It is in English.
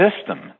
system